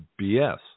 BS